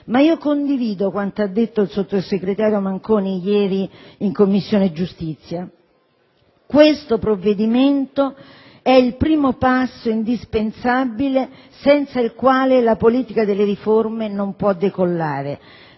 Condivido, però, quanto ha detto il sottosegretario Manconi ieri in Commissione giustizia: questo provvedimento è il primo passo indispensabile senza il quale la politica delle riforme non può decollare.